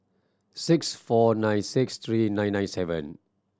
six four nine six three nine nine seven